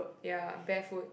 ya barefoot